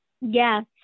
yes